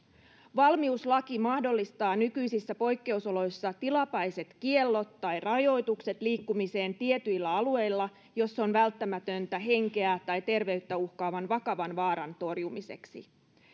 valmiuslaki mahdollistaa nykyisissä poikkeusoloissa tilapäiset kiellot tai rajoitukset liikkumiseen tietyillä alueilla jos se on välttämätöntä henkeä tai terveyttä uhkaavan vakavan vaaran torjumiseksi